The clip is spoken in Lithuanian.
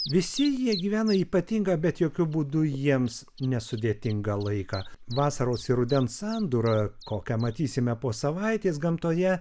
visi jie gyvena ypatingą bet jokiu būdu jiems nesudėtingą laiką vasaros ir rudens sandūra kokią matysime po savaitės gamtoje